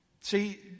See